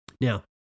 now